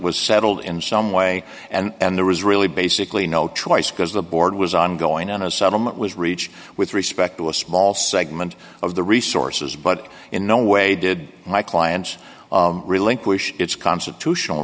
was settled in some way and there was really basically no choice because the board was on going on a settlement was reached with respect to a small segment of the resources but in no way did my clients relinquish its constitutional